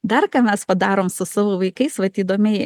dar ką mes padarom su savo vaikais vat įdomiai